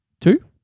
Two